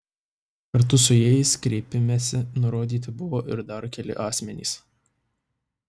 kartu su jais kreipimesi nurodyti buvo ir dar keli asmenys